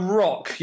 rock